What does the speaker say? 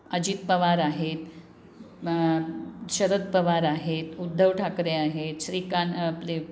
अजित पवार आहेत मग शरद पवार आहेत उद्धव ठाकरे आहेत श्रीकान आपले